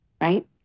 right